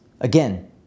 again